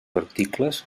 articles